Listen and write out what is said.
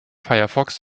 firefox